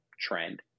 trend